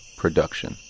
production